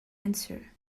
answer